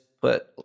put